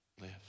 live